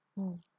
mm